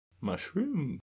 Mushroom